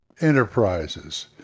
enterprises